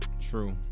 true